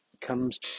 comes